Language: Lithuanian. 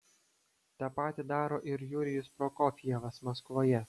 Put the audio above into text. tą patį daro ir jurijus prokofjevas maskvoje